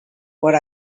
what